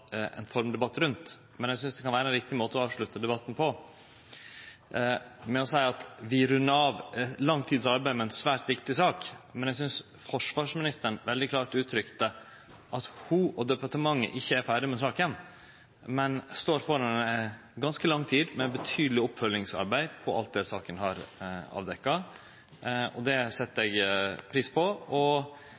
ein formdebatt. Eg synest det kan vere ein riktig måte å avslutte debatten på med å seie at vi rundar av lang tids arbeid med ei svært viktig sak, og eg synest forsvarsministeren veldig klart uttrykte at ho og departementet ikkje er ferdige med saka, men står framfor ei ganske lang tid med betydeleg oppfølgingsarbeid med alt det saka har avdekt. Det set eg pris på, og